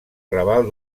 raval